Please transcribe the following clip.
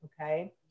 okay